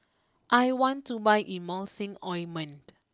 I want to buy Emulsying Ointment